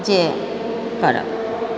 जे करब